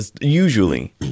usually